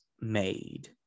made